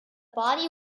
body